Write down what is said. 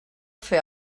fer